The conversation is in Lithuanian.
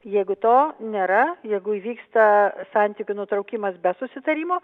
jeigu to nėra jeigu įvyksta santykių nutraukimas be susitarimo